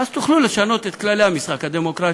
ואז תוכלו לשנות את כללי המשחק הדמוקרטי.